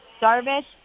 Darvish